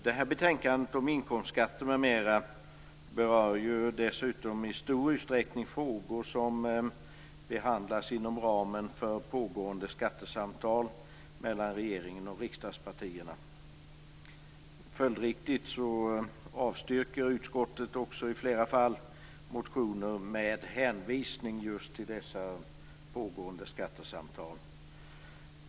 Det här betänkandet om inkomstskatter m.m. berör dessutom i stor utsträckning frågor som behandlas inom ramen för pågående skattesamtal mellan regeringen och riksdagspartierna. Följdriktigt avstyrker utskottet också i flera fall motioner med hänvisning just till dessa pågående skattesamtal.